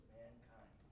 mankind